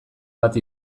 bat